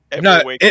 No